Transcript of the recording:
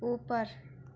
اوپر